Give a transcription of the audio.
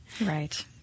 Right